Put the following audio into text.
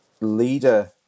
leader